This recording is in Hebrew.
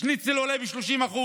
שניצל עולה ב-30%,